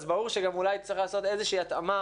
אז ברור שגם אולי צריך לעשות איזה שהיא התאמה